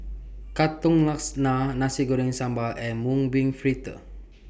Katong Laksa Nasi Goreng Sambal and Mung Bean Fritters